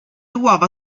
uova